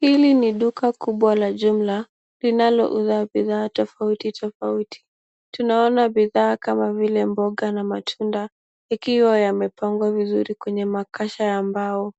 Hili ni duka kubwa la jumla linalouza bidhaa tofauti tofauti. Tunaona bidhaa kama vile mboga na matunda. Yakiwa yamepangwa vizuri kwenye makasa ya mbao.